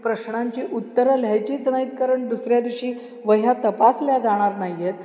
प्रश्नांची उत्तरं लिहायचीच नाहीत कारण दुसऱ्या दिवशी वह्या तपासल्या जाणार नाही आहेत